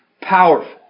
powerful